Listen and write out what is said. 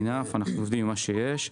אנחנו עובדים עם מה שיש.